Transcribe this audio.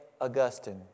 Augustine